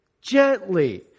gently